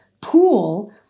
pool